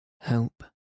Help